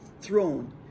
throne